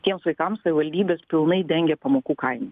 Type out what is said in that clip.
tiems vaikams savivaldybės pilnai dengė pamokų kainą